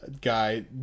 Guy